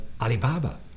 Alibaba